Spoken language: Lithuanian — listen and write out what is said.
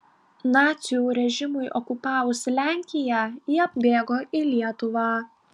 nacių režimui okupavus lenkiją jie bėgo į lietuvą